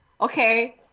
okay